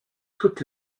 toutes